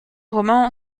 roman